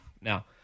Now